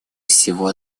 всего